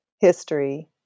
history